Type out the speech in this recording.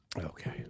Okay